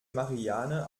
marianne